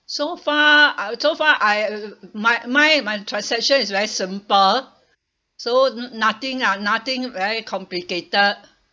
so far so far I my my my transaction is very simple so no~ nothing ah nothing very complicated